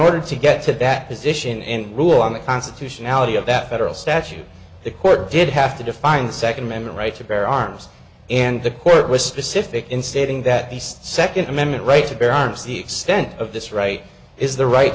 order to get to that position and rule on the constitutionality of that federal statute the court did have to define the second amendment right to bear arms and the court was specific in stating that east second amendment right to bear arms the extent of this right is the right